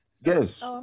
Yes